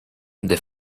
the